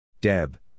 Deb